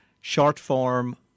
short-form